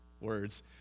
words